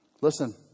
Listen